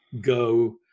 go